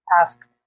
ask